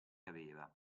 aveva